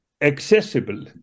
accessible